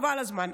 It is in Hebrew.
חבל על הזמן,